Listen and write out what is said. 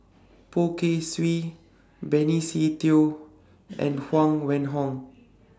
Poh Kay Swee Benny Se Teo and Huang Wenhong